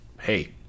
hey